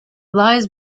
lies